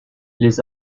les